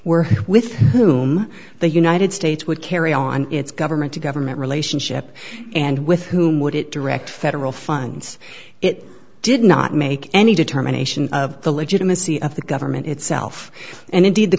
were with whom the united states would carry on its government to government relationship and with whom would it direct federal funds it did not make any determination of the legitimacy of the government itself and indeed the